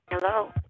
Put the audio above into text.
Hello